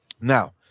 Now